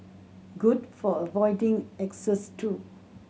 good for avoiding exes too